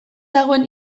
dagoen